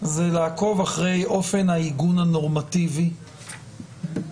זה לעקוב אחרי אופן העיגון הנורמטיבי בצווים,